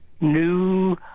new